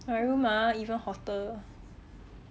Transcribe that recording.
my room ah even hotter